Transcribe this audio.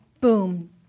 boom